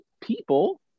people